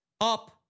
up